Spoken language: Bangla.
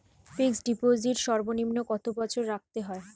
ফিক্সড ডিপোজিট সর্বনিম্ন কত বছর রাখতে হয়?